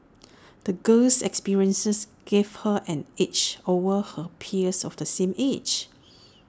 the girl's experiences gave her an edge over her peers of the same age